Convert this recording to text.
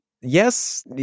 yes